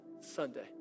Sunday